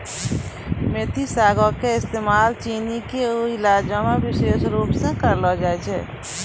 मेथी सागो के इस्तेमाल चीनी के इलाजो मे विशेष रुपो से करलो जाय छै